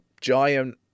giant